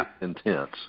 intense